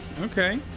okay